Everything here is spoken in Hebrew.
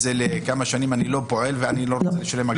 לכמה שנים כי הוא לא פועל והוא לא רוצה לשלם אגרה?